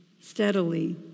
steadily